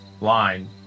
line